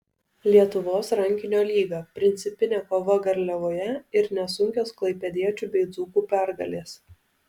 lietuvos rankinio lyga principinė kova garliavoje ir nesunkios klaipėdiečių bei dzūkų pergalės